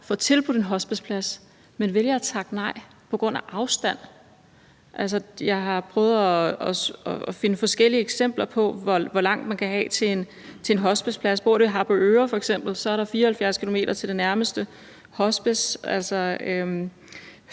får tilbudt en hospiceplads, men vælger at takke nej på grund af afstand. Jeg har prøvet at finde forskellige eksempler på, hvor langt man kan have til en hospiceplads. Bor du f.eks. i Harboøre, er der 74 km til det nærmeste hospice;